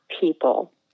people